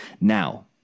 Now